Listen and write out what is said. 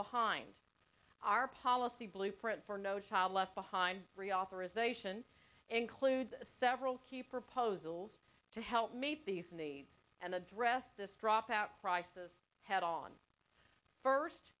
behind our policy blueprint for no child left behind reauthorization includes several key proposals to help meet these needs and address this dropout crisis head on first